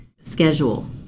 schedule